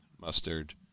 mustard